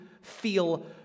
feel